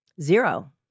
Zero